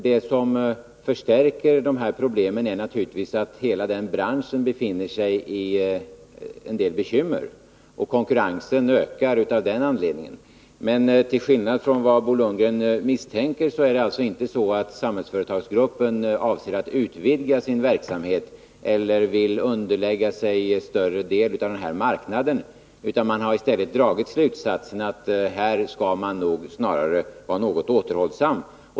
Det som förstärker problemen är naturligtvis att hela branschen har en del bekymmer och att konkurrensen ökar av den anledningen. Till skillnad från vad Bo Lundgren misstänker är det så att Samhällsföretagsgruppen inte avser att utvidga verksamheten, och man vill inte lägga under sig större delen av marknaden. Man har dragit slutsatsen att man snarare skall vara något återhållsam.